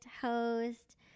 host